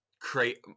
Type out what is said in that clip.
create